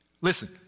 Listen